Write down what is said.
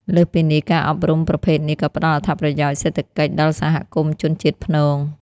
លើសពីនេះ ការអប់រំប្រភេទនេះក៏ផ្តល់អត្ថប្រយោជន៍សេដ្ឋកិច្ចដល់សហគមន៍ជនជាតិព្នង។